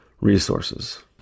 resources